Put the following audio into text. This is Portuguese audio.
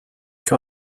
que